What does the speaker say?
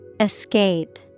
Escape